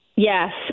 Yes